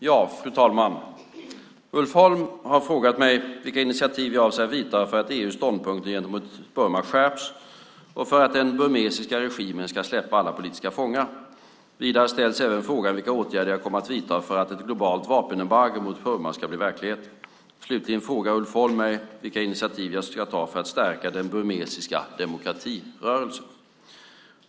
Fru talman! Ulf Holm har frågat mig vilka initiativ jag avser att ta för att EU:s ståndpunkt gentemot Burma skärps och för att den burmesiska regimen ska släppa alla politiska fångar. Vidare ställs även frågan vilka åtgärder som jag kommer att vidta för att ett globalt vapenembargo mot Burma ska bli verklighet. Slutligen frågar Ulf Holm vilka initiativ jag ska ta för att stärka den burmesiska demokratirörelsen.